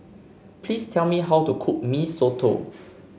please tell me how to cook Mee Soto